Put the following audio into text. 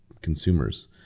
consumers